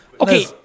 Okay